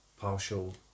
partial